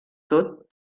tot